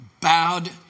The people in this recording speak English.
bowed